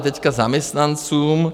Teď zaměstnancům.